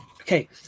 Okay